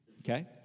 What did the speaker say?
Okay